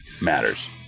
matters